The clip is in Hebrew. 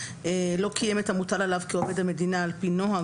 לא קיים את המוטל עליו כעובד המדינה על פי נוהג,